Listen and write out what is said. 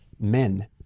men